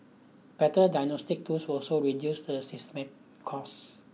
better diagnostics tools will also reduce the systemic cost